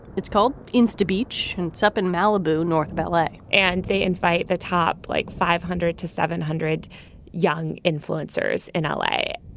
it's called insta beach and it's up in malibu, north of l a. and they invite the top like five hundred to seven hundred young influencers in l a.